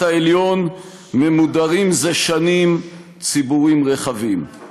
העליון ממודרים זה שנים ציבורים רחבים.